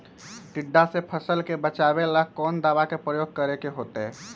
टिड्डा से फसल के बचावेला कौन दावा के प्रयोग करके होतै?